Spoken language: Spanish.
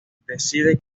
decide